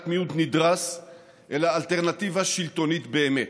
מיעוט נדרס אלא אלטרנטיבה שלטונית באמת.